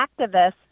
activists